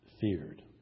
feared